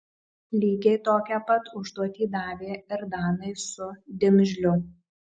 lygiai tokią pat užduotį davė ir danai su dimžliu